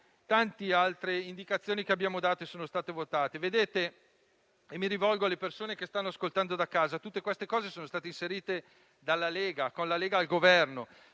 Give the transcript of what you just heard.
tante altre indicazioni che abbiamo dato sono state votate. Mi rivolgo alle persone che stanno ascoltando da casa: tutte queste cose sono state inserite dalla Lega, con la Lega al Governo,